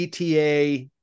ETA